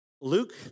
Luke